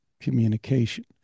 communication